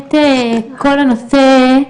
באמת כל הנושא,